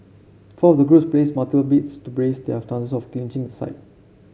four of the groups placed multiple bids to praise their chances of clinching the site